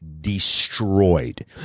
destroyed